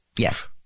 Yes